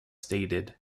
stated